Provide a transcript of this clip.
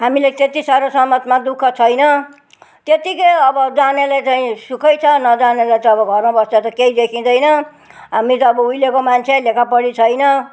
हामीले त्यति साह्रो समाजमा दुःख छैन त्यतिकै अब जानेले चाहिँ सुखै छ नजानेलाई त अब घरमा बस्दा त केही देखिँदैन मेरो अब उहिलेको मान्छे लेखापढी छैन